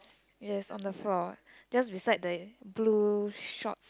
yes on the floor just beside the blue shorts